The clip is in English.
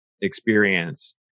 experience